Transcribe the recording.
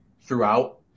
throughout